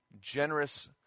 generous